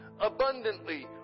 abundantly